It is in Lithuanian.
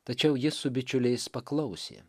tačiau jis su bičiuliais paklausė